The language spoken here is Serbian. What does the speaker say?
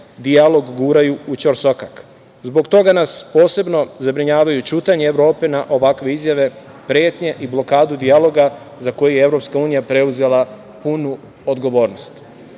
dijalog guraju u ćor sokak. Zbog toga nas posebno zabrinjava ćutanje Evrope na ovakve izjave, pretnje i blokada dijaloga, za koji je EU preuzela punu odgovornost. Nama